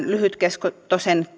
lyhytkestoisen